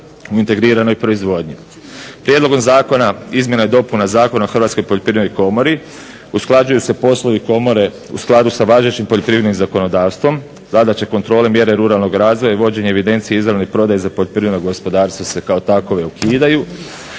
u integriranoj proizvodnji. Prijedlogom zakona izmjena i dopuna Zakona o Hrvatskoj poljoprivrednoj komori usklađuju se poslovi Komore u skladu sa važećim poljoprivrednim zakonodavstvom zadaće, kontrole, mjere ruralnog razvoja i vođenje evidencije izravne prodaje za poljoprivredno gospodarstvo se kao takove ukidaju.